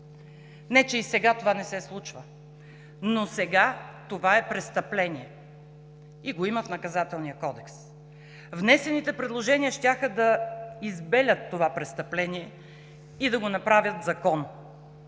Не че и сега това не се случва, но сега това е престъпление и го има в Наказателния кодекс. Внесените предложения щяха да избелят това престъпление и да го направят закон.